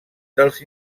dels